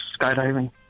skydiving